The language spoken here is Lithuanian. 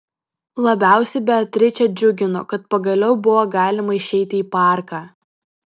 labiausiai beatričę džiugino kad pagaliau buvo galima išeiti į parką